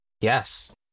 Yes